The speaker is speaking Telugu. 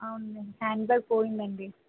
అవునండీ హ్యాండ్ బ్యాగ్ పోయిందండీ